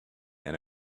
and